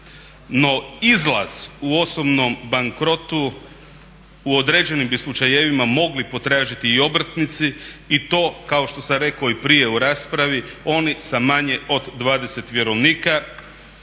No izlaz u osobnom bankrotu u određenim bi slučajevima mogli potražiti i obrtnici i to kao što sam rekao i prije u raspravi oni sa manje od 20 vjerovnika